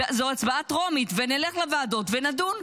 זו הצבעה טרומית, ונלך לוועדות ונדון.